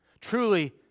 truly